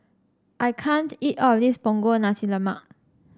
I can't eat all of this Punggol Nasi Lemak